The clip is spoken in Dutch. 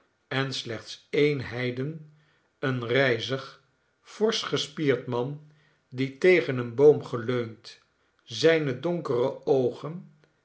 en slechts een heiden een rijzig forsch gespierd man die tegen een boom geleund zijne donkere oogen